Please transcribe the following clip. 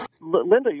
Linda